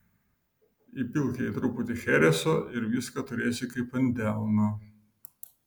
įpilk jai truputį chereso ir viską turėsi kaip ant delno